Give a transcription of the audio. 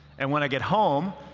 and when i get home,